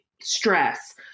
stress